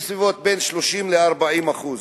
בין 30% ל-40%.